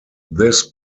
this